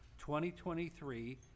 2023